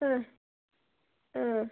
ಹಾಂ ಹಾಂ